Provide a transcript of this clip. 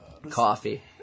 Coffee